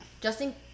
justin